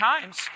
times